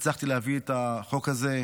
הצלחתי להביא את החוק הזה,